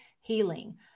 healing